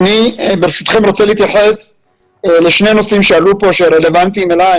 אני רוצה להתייחס לשני נושאים שעלו כאן והם רלוונטיים אלי.